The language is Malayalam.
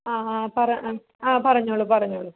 ആ ആ പറ ആ ആ പറഞ്ഞോളൂ പറഞ്ഞോളൂ